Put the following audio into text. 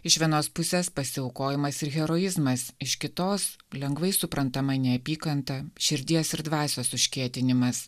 iš vienos pusės pasiaukojimas ir heroizmas iš kitos lengvai suprantama neapykanta širdies ir dvasios užkietinimas